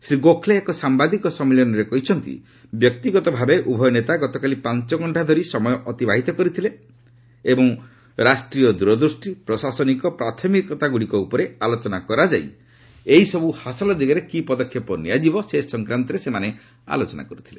ଶ୍ରୀ ଗୋଖଲେ ଏକ ସାମ୍ବାଦିକ ସମ୍ମିଳନୀରେ କହିଛନ୍ତି ବ୍ୟକ୍ତିଗତ ଭାବେ ଉଭୟ ନେତା ଗତକାଲି ପାଞ୍ଚ ଘଣ୍ଟା ଧରି ସମୟ ଅତିବାହିତ କରିଥିଲେ ଏବଂ ରାଷ୍ଟ୍ରୀୟ ଦୂରଦୂଷ୍ଟି ପ୍ରଶାସନିକ ପ୍ରାଥମିକତାଗୁଡ଼ିକ ଉପରେ ଆଲୋଚନା କରାଯାଇ ଏହିସବୁ ହାସଲ ଦିଗରେ କି ପଦକ୍ଷେପ ନିଆଯିବ ସେ ସଂକ୍ରାନ୍ତରେ ସେମାନେ ଆଲୋଚନା କରିଥିଲେ